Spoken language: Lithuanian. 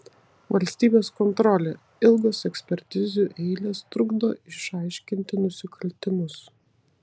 valstybės kontrolė ilgos ekspertizių eilės trukdo išaiškinti nusikaltimus